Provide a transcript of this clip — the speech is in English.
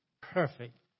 perfect